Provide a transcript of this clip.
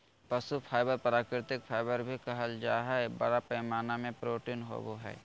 पशु फाइबर प्राकृतिक फाइबर भी कहल जा हइ, बड़ा पैमाना में प्रोटीन होवो हइ